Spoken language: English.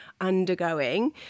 undergoing